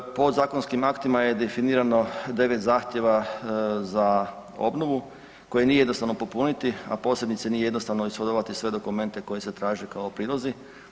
Podzakonskim aktima je definirano 9 zahtjeva za obnovu koje nije jednostavno popuniti, a posebice nije jednostavno ishodovati sve dokumente koji se traže kao prilozi.